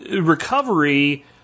recovery